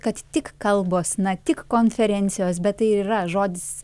kad tik kalbos na tik konferencijos bet tai ir yra žodis